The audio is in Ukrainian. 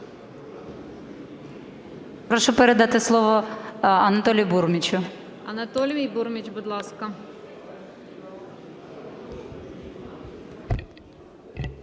Прошу передати слово Анатолію Бурмічу. ГОЛОВУЮЧА. Анатолій Бурміч, будь ласка.